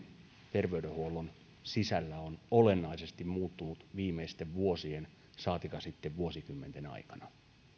terveydenhuollon sisällä on olennaisesti muuttunut viimeisten vuosien saatikka sitten vuosikymmenten aikana